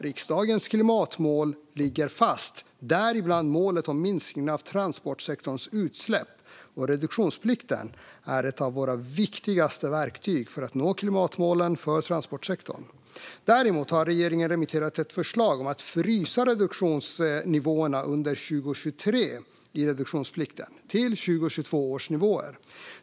Riksdagens klimatmål ligger fast, däribland målet om minskning av transportsektorns utsläpp, och reduktionsplikten är ett av våra viktigaste verktyg för att nå klimatmålen för transportsektorn. Däremot har regeringen remitterat ett förslag om att under 2023 frysa reduktionsnivåerna i reduktionsplikten till 2022 års nivåer.